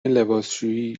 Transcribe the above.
لباسشویی